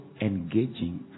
engaging